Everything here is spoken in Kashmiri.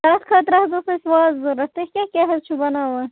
تتھ خٲطرٕ حَظ اوس اسہِ وازٕ ضوٚرتھ تُہۍ کیاہ کیاہ چھِو بناوان